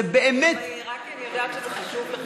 זה באמת, רק כי אני יודעת שזה חשוב לך.